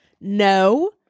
no